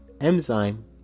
enzyme